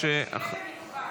זה מקובל